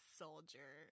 soldier